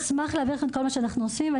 נשמח להעביר לכם את כל מה שאנחנו עושים.